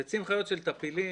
ביצים חיות של טפילים,